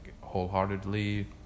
wholeheartedly